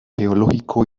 geológico